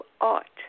art